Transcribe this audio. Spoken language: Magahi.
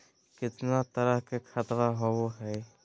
कितना तरह के खातवा होव हई?